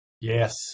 Yes